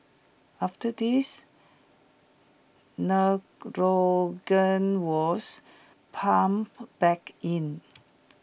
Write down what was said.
after this nitrogen was pumped back in